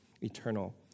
eternal